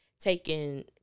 Taking